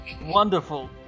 wonderful